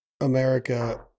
America